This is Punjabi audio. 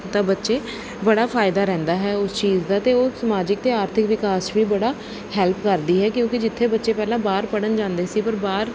ਤਾਂ ਬੱਚੇ ਬੜਾ ਫਾਇਦਾ ਰਹਿੰਦਾ ਹੈ ਉਸ ਚੀਜ਼ ਦਾ ਅਤੇ ਉਹ ਸਮਾਜਿਕ ਅਤੇ ਆਰਥਿਕ ਵਿਕਾਸ 'ਚ ਵੀ ਬੜਾ ਹੈਲਪ ਕਰਦੀ ਹੈ ਕਿਉਂਕਿ ਜਿੱਥੇ ਬੱਚੇ ਪਹਿਲਾਂ ਬਾਹਰ ਪੜ੍ਹਨ ਜਾਂਦੇ ਸੀ ਪਰ ਬਾਹਰ